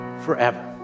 forever